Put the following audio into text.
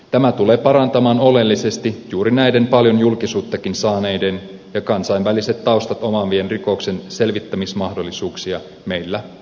tämä tulee parantamaan oleellisesti juuri näiden paljon julkisuuttakin saaneiden ja kansainväliset taustat omaavien rikosten selvittämismahdollisuuksia meillä ja muualla